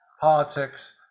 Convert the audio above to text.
politics